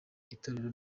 itorero